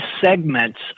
segments